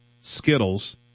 Skittles